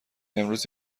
امروز